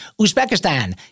Uzbekistan